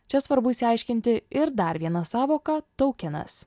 čia svarbu išsiaiškinti ir dar vieną sąvoką taukenas